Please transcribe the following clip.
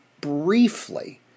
briefly